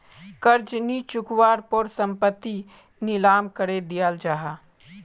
कर्ज नि चुक्वार पोर संपत्ति नीलाम करे दियाल जाहा